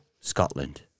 Scotland